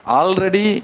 already